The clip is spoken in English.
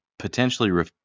Potentially